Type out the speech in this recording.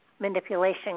manipulation